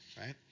right